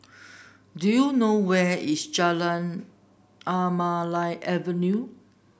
do you know where is Anamalai Avenue